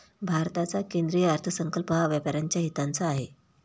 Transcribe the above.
भारताचा केंद्रीय अर्थसंकल्प हा व्यापाऱ्यांच्या हिताचा नाही